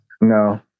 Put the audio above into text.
No